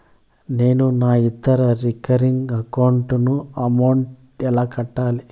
నేను నా ఇతర రికరింగ్ అకౌంట్ లకు అమౌంట్ ఎలా కట్టాలి?